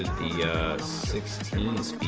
the sixties